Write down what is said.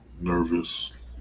nervous